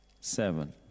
seven